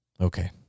Okay